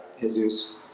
Jesus